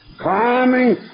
climbing